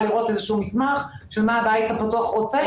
לראות איזשהו מסמך של מה הבית הפתוח רוצה.